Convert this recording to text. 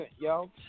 yo